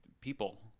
people